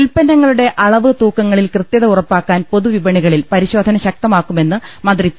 ഉൽപ്പന്നങ്ങളുടെ അളവ് തൂക്കങ്ങളിൽ കൃതൃതൃ ഉറപ്പാക്കാൻ പൊതുവിപണികളിൽ പരിശോധന ശക്തമാക്കുമെന്ന് മന്ത്രി പി